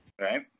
Right